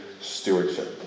stewardship